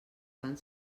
fan